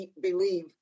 believe